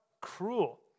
cruel